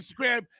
Instagram